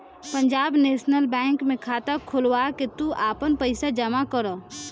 Punjab National Bank में खाता खोलवा के तू आपन पईसा जमा करअ